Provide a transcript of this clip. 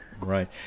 Right